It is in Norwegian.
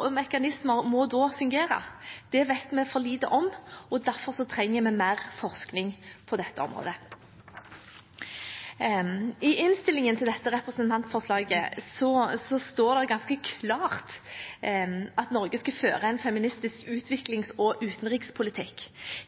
og mekanismer må da fungere? Det vet vi for lite om, derfor trenger vi mer forskning på dette området. I innstillingen til dette representantforslaget står det ganske klart at Norge skal føre en feministisk utviklings- og utenrikspolitikk.